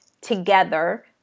together